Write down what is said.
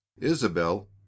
isabel